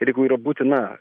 ir jeigu yra būtina